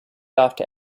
after